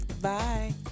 Bye